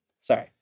Sorry